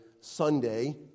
Sunday